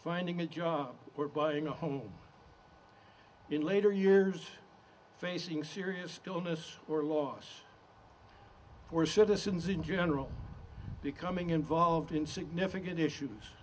finding a job or buying a home in later years facing serious illness or loss or citizens in general becoming involved in significant issues